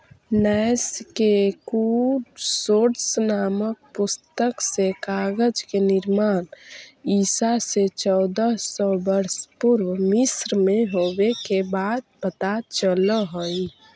नैश के एकूसोड्स् नामक पुस्तक से कागज के निर्माण ईसा से चौदह सौ वर्ष पूर्व मिस्र में होवे के बात पता चलऽ हई